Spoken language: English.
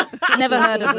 ah but never heard um